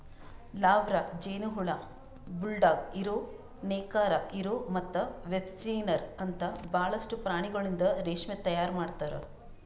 larva, ಜೇನುಹುಳ, bulldog ಇರು, ನೇಕಾರ ಇರು ಮತ್ತ ವೆಬ್ಸ್ಪಿನ್ನರ್ ಅಂತ ಭಾಳಷ್ಟು ಪ್ರಾಣಿಗೊಳಿಂದ್ ರೇಷ್ಮೆ ತೈಯಾರ್ ಮಾಡ್ತಾರ